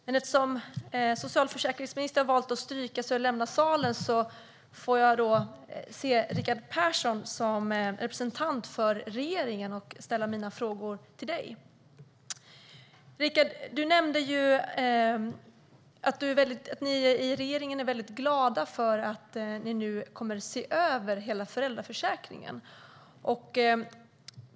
Men eftersom socialförsäkringsministern valt att stryka sig på talarlistan och lämna salen får jag se Rickard Persson som representant för regeringen och ställa mina frågor till honom. Rickard Persson nämnde att regeringen är väldigt glad för att man nu kommer att se över hela föräldraförsäkringen.